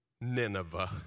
Nineveh